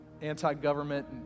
anti-government